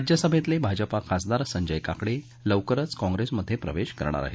राज्यसभेतले भाजपा खासदार संजय काकडे लवकरच काँप्रेसमध्ये प्रवेश करणार आहेत